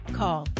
call